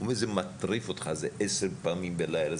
זה מטריף אותך זה עשר פעמים בלילה,